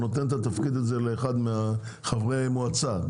הוא נותן את התפקיד הזה לאחד מחברי המועצה,